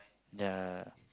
ya